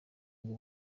ngo